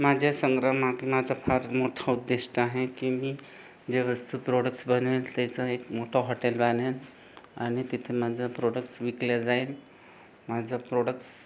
माझ्या संग्रहामागं माझं फार मोठं उद्दिष्ट आहे की मी ज्या वस्तू प्रोडक्स बनवेल त्याचं एक मोठं हॉटेल बांधेन आणि तिथे माझं प्रोडक्स विकलं जाईल माझं प्रोडक्स